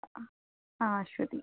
ആ ആ അശ്വതി